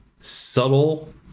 subtle